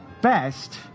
best